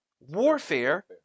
warfare